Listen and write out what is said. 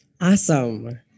Awesome